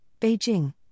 Beijing